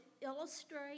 illustrate